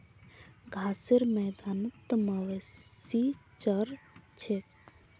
घासेर मैदानत मवेशी चर छेक